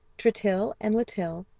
tritill, and litill,